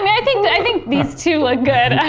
mean, i think i think these two look good.